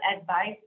advice